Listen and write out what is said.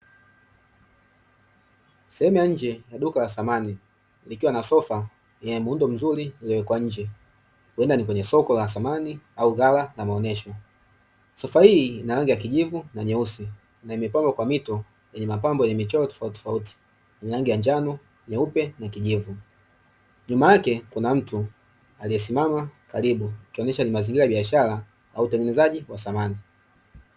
Sehemu ya nje ya duka la samani, likiwa na sofa lenye muudno mzuri lililowekwa nje wenda ni kwenye soko la samani au ghala na maonesho. Sofa hii ina rangi ya kijivu na nyeusi, na imepambwa kwa mito yenye mapambo yenye michoro tofautitofauti yenye rangi ya njao, nyeupe, na kijivu. Nyuma yake kuna mtu aliyesimama karibu ikionesha ni mazingira ya biashara ya utengenezaji wa samani.